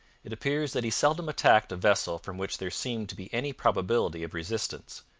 it appears that he seldom attacked a vessel from which there seemed to be any probability of resistance,